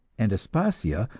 and aspasia,